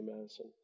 medicine